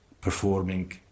performing